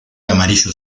amarillo